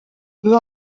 peu